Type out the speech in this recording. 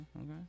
Okay